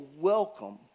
welcome